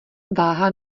váha